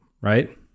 right